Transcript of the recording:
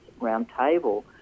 Roundtable